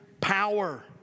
power